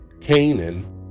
Canaan